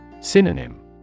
Synonym